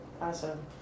Awesome